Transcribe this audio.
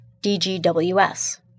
DGWS